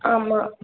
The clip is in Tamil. ஆமாம்